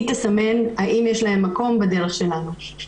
היא תסמן האם יש להן מקום בדרך שלנו.